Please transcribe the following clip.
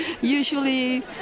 Usually